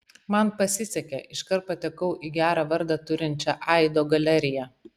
man pasisekė iškart patekau į gerą vardą turinčią aido galeriją